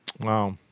Wow